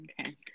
okay